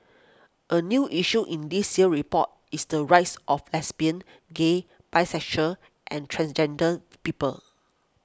a new issue in this year's report is the rights of lesbian gay bisexual and transgender people